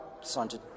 signed